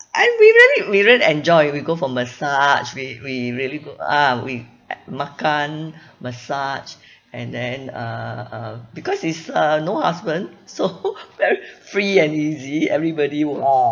and we really we really enjoy we go for massage we we really got ah we ate makan massage and then uh uh because it's uh no husband so very free and easy everybody !wow!